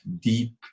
deep